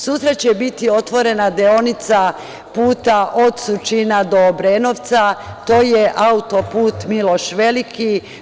Sutra će biti otvorena deonica puta od Surčina do Obrenovca, to je autoput Miloš Veliki.